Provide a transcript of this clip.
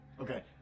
Okay